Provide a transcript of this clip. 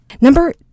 Number